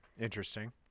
Interesting